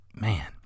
man